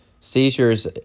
seizures